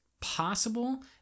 possible